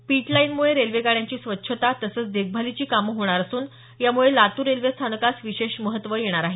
पीटलाईनमुळे रेल्वेगाड्यांची स्वच्छता तसंच देखभालीची कामं होणार असून यामुळे लातूर रेल्वे स्थानकास विशेष महत्व येणार आहे